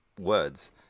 Words